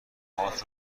هات